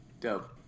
Dope